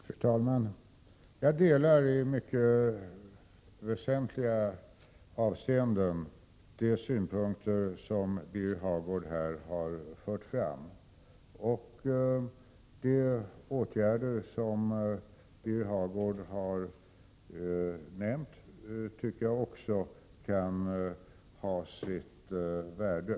Fru talman! Jag delar i mycket väsentliga avseenden de synpunkter som Birger Hagård här har fört fram. De åtgärder som Birger Hagård har nämnt tycker jag också kan ha sitt värde.